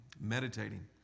meditating